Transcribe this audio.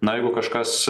na jeigu kažkas